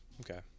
Okay